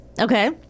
Okay